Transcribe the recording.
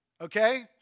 okay